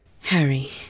Harry